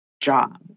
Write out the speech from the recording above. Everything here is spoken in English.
job